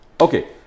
Okay